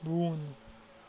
بۄن